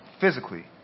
physically